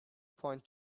point